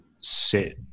sit